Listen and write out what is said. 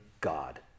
God